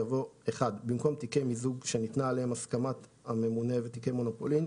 יבוא: במקום "תיקי מיזוג שניתנה עליהם הסכמת הממונה ותיקי מונופולין,